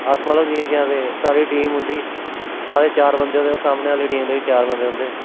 अस मतलब जियां केह् आखदे साढ़ी टीम होंदी साढ़ै चार बंदे होंदे होर सामने आह्ली टीम दे बी चार बंदे होंदे